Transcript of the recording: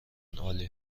عالی